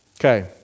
Okay